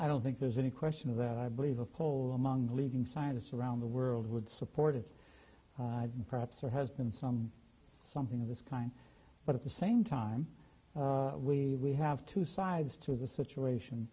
i don't think there's any question that i believe a poll among leading scientists around the world would support it perhaps there has been some something of this kind but at the same time we have two sides to the situation